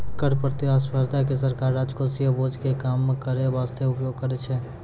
कर प्रतिस्पर्धा के सरकार राजकोषीय बोझ के कम करै बासते उपयोग करै छै